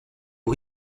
aux